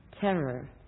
terror